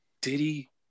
Diddy